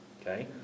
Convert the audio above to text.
okay